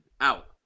out